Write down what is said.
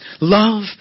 love